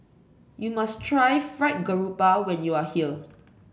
you must try Fried Garoupa when you are here